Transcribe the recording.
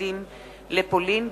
התלמידים לפולין,